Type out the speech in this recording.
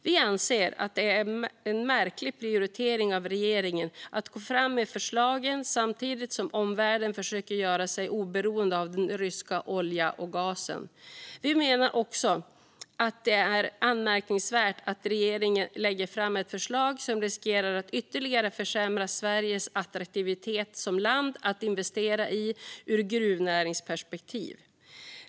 Vi anser att det är en märklig prioritering av regeringen att gå fram med förslagen samtidigt som omvärlden försöker göra sig oberoende av den ryska oljan och gasen. Vi menar också att det är anmärkningsvärt att regeringen lägger fram ett förslag som riskerar att ytterligare försämra Sveriges attraktivitet som land att investera i ur gruvnäringsperspektiv.